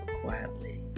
quietly